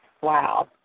Wow